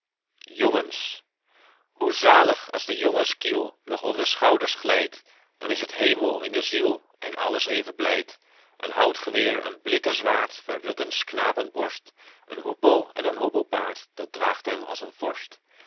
jongens hoe zalig als de jongenskiel nog om de schouders glijdt dan is het hemel in de ziel en alles even blijd een hout geweer een blikken zwaard verrukken s knapen borst een hoepel en een hobbelpaard dat draagt hem als een vorst